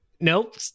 nope